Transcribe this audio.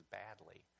badly